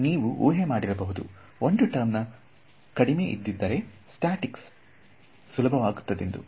ನೀವು ಊಹೆ ಮಾಡಿರಬಹುದು ಒಂದು ಟರ್ಮ್ ನ ಕಡಿಮೆ ಇದ್ದಿದ್ದರೆ ಸ್ಟಾಟಿಕ್ಸ್ ಸುಲಭವಾಗುತ್ತದೆಂದು